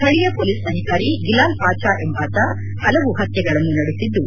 ಸ್ವಳೀಯ ಮೊಲೀಸ್ ಅಧಿಕಾರಿ ಗಿಲಾಲ್ ಪಾಚಾ ಎಂಬಾತ ಹಲವು ಹತ್ತೆಗಳನ್ನು ನಡೆಸಿದ್ದು